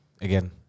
again